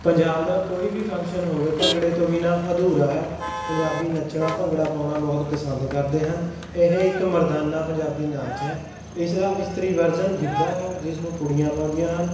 ਪੰਜਾਬ ਦਾ ਕੋਈ ਵੀ ਫੰਕਸ਼ਨ ਹੋਵੇ ਭੰਗੜੇ ਤੋਂ ਬਿਨਾ ਅਧੂਰਾ ਹੈ ਪੰਜਾਬੀ ਨੱਚਣਾ ਭੰਗੜਾ ਪਾਉਣਾ ਬਹੁਤ ਪਸੰਦ ਕਰਦੇ ਹਨ ਇਹ ਇੱਕ ਮਰਦਾਨਾ ਪੰਜਾਬੀ ਨਾਚ ਹੈ ਇਸ ਦਾ ਇਸਤਰੀ ਵਰਜ਼ਨ ਗਿੱਧਾ ਹੈ ਜਿਸ ਨੂੰ ਕੁੜੀਆਂ ਪਾਉਂਦੀਆਂ ਹਨ